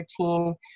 routine